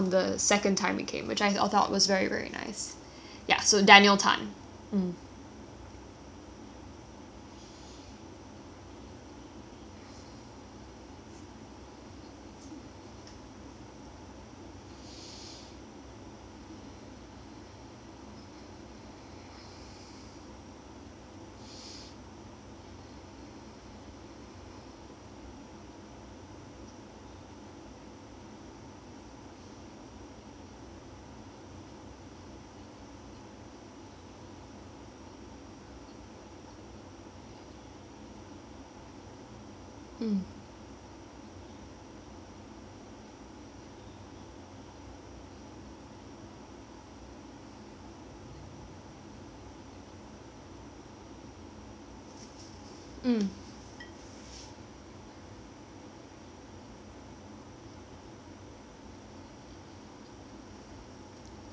ya so daniel tan mm mm